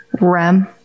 Rem